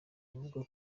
avuga